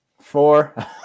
Four